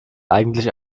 eigentlich